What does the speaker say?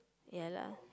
ya lah